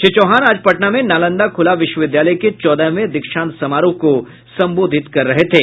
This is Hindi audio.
श्री चौहान आज पटना में नालंदा खुला विश्वविद्यालय के चौदहवें दीक्षांत समारोह को संबोधित कर रहे थे